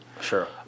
Sure